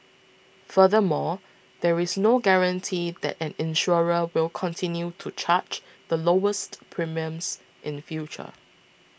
furthermore there is no guarantee that an insurer will continue to charge the lowest premiums in future